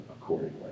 accordingly